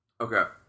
Okay